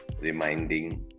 reminding